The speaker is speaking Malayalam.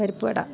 പരിപ്പുവട